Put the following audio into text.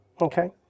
Okay